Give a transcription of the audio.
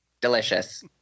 delicious